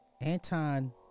Anton